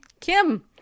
Kim